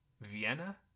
Vienna